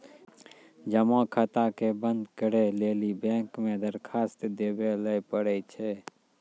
जमा खाता के बंद करै लेली बैंक मे दरखास्त देवै लय परै छै